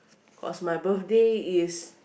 cause my birthday is